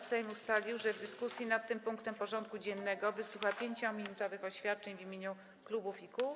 Sejm ustalił, że w dyskusji nad tym punktem porządku dziennego wysłucha 5-minutowych oświadczeń w imieniu klubów i kół.